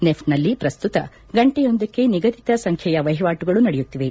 ನೆಫ್ಟ್ನಲ್ಲಿ ಪ್ರಸ್ತುತ ಗಂಟೆಯೊಂದಕ್ಕೆ ನಿಗದಿತ ಸಂಖ್ಯೆಯ ವಹಿವಾಟುಗಳು ನಡೆಯುತ್ತಿವೆ